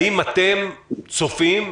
האם אתם צופים,